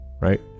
right